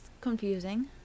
confusing